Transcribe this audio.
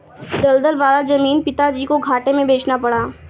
दलदल वाला जमीन पिताजी को घाटे में बेचना पड़ा